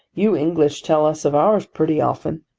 you english tell us of ours pretty often,